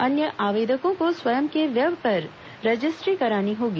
अन्य आवेदकों को स्वयं के व्यय पर रजिस्ट्र ी करानी होगी